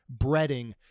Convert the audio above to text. breading